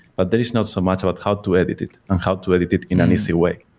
but there is not so much about how to edit it and how to edit it in an easy way.